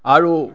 আৰু